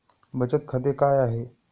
बचत खाते काय आहे?